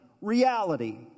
reality